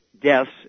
deaths